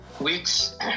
weeks